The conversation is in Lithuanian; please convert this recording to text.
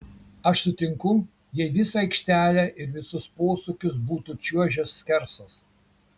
aš sutinku jei visą aikštelę ir visus posūkius būtų čiuožęs skersas